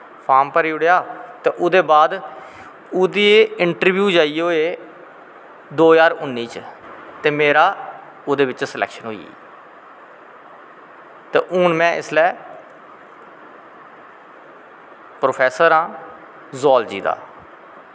form भरी ओड़ेआ ते ओह्दे बाद ओह्दे इन्ट्रब्यू जाईयै होई दो ज्हार उन्नी च ते मेरा ओह्दे बिच्च स्लैक्शन होई ते हून में इसलै प्रौफैसर आं जिऑलजी दा